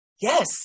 Yes